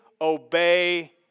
obey